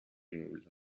nulla